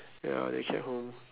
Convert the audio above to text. ya then we come home